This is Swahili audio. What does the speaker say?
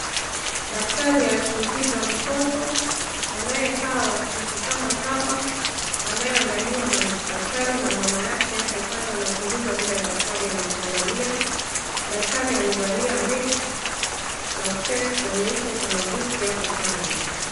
Daktari achunguza mtoto anayekaa wa siku kama saba anayeangaliwa na daktari na mama yake hapo kando anachunguza vile daktari anamwangalia. Daktari amevalia mask na specs kwenye uso. Kuna viti hapo kando.